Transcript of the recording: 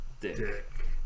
dick